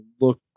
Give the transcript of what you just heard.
look